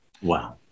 Wow